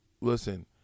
Listen